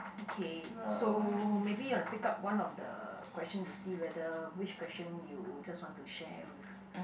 okay so maybe you want to pick up one of the question to see whether which question you just want to share with